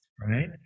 right